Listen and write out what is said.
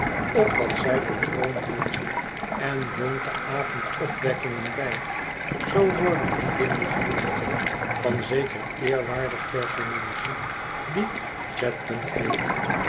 of wrj u zij voor vroom houdt en woont de avond opwekkingen bij zoo worden die dingen genoemd van zeker eerwaardig personage die chadband heet